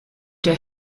der